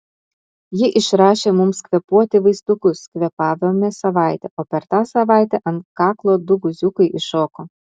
ji išrašė mums kvėpuoti vaistukus kvėpavome savaitę o per tą savaitę ant kaklo du guziukai iššoko